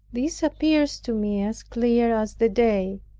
this appears to me as clear as the day.